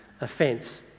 offence